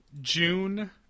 June